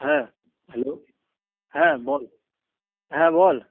হ্যাঁ হ্যালো হ্যাঁ বল হ্যাঁ বল